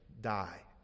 die